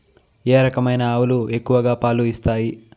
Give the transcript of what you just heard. ఏ రకమైన ఆవులు ఎక్కువగా పాలు ఇస్తాయి?